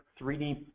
3D